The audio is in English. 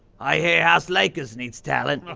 i hear house lakers needs talent.